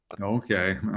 okay